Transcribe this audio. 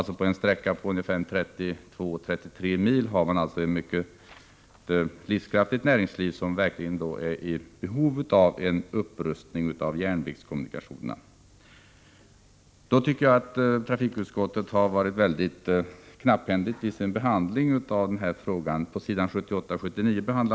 På en sträcka av 32-33 mil har man alltså ett mycket livskraftigt näringsliv som verkligen är i behov av en upprustning av järnvägskommunikationerna. Trafikutskottet har varit väldigt knapphändigt i sin behandling av den här frågan på s. 78 och 79.